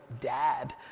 dad